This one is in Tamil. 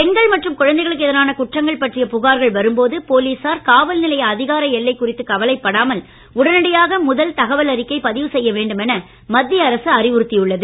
பெண்கள் மற்றும் குழந்தைகளுக்கு எதிரான குற்றங்கள் பற்றிய புகார்கள் வரும்போது போலீசார் காவல் நிலைய அதிகார எல்லை குறித்து கவலைப்படாமல் உடனடியாக முதல் தகவல் அறிக்கை பதிவு செய்ய வேண்டும் என மத்திய அரசு அறிவுறுத்தியுள்ளது